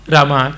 Rama